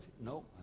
No